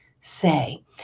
say